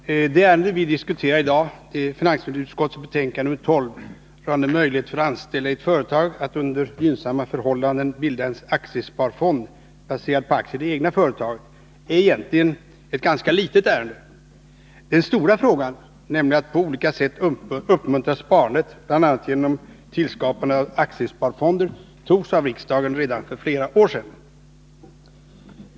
Herr talman! Det ärende vi diskuterar i dag, finansutskottets betänkande nr 12, rörande möjlighet för anställda i ett företag att under gynnsamma förhållanden bilda en aktiesparfond baserad på aktier i det egna företaget, är egentligen ett ganska litet ärende. Den stora frågan, nämligen att på olika sätt uppmuntra sparandet bl.a. genom tillskapandet av aktiesparfonder, avgjordes av riksdagen redan för flera år sedan.